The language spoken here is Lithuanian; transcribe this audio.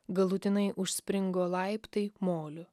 galutinai užspringo laiptai moliu